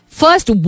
first